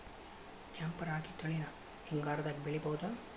ಕೆಂಪ ರಾಗಿ ತಳಿನ ಹಿಂಗಾರದಾಗ ಬೆಳಿಬಹುದ?